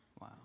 Wow